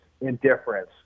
indifference